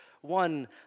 one